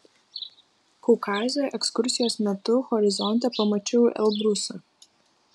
kaukaze ekskursijos metu horizonte pamačiau elbrusą